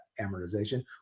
amortization